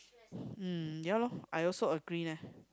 mm ya loh I also agree leh